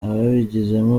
ababigizemo